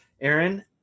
Aaron